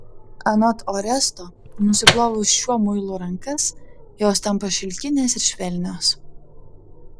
anot oresto nusiplovus šiuo muilu rankas jos tampa šilkinės ir švelnios